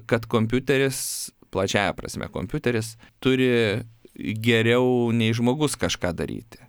kad kompiuteris plačiąja prasme kompiuteris turi geriau nei žmogus kažką daryti